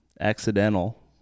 accidental